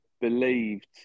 believed